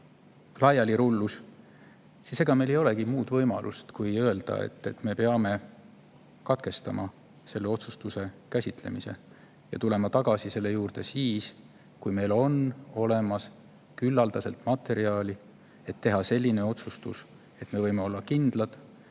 lahti –, siis ega meil ei olegi muud võimalust kui öelda, et me peame katkestama selle otsustuse käsitlemise ja tulema selle juurde tagasi siis, kui meil on olemas küllaldaselt materjali, et teha selline otsus, mille puhul me võime olla kindlad,